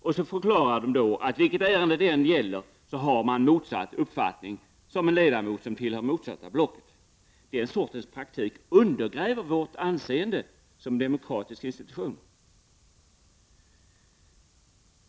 De förklarar då att vilket ärende det än gäller, har man motsatt uppfattning mot en ledamot tillhörande det motsatta blocket. Den sortens praktik undergräver vårt anseende som demokratisk institution.